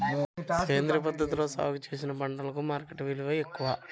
సేంద్రియ పద్ధతిలో సాగు చేసిన పంటలకు మార్కెట్ విలువ ఎక్కువ